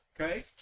Okay